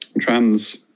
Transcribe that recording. Trans